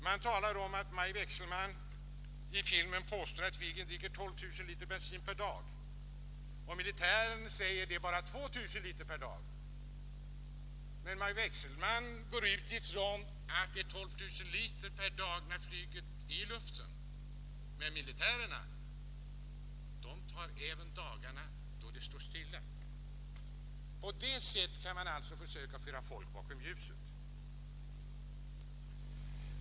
Man talar om att Maj Wechselmann i filmen påstår att Viggen dricker 12 000 liter bensin per dag. Militären säger att det är bara 2 000 liter per dag. Maj Wechselmann går ut ifrån att det är 12 000 liter per dag när flyget är i luften, men militärerna tar även dagarna då det står stilla. På det sättet kan man alltså försöka föra folk bakom ljuset.